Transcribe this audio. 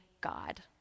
God